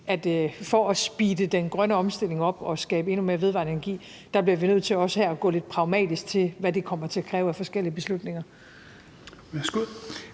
at for at speede den grønne omstilling op og skabe endnu mere vedvarende energi bliver vi også her nødt til at gå lidt pragmatisk til det, med hensyn til hvad det kommer til at kræve af forskellige beslutninger?